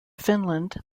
finland